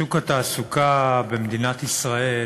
שוק התעסוקה במדינת ישראל